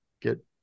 get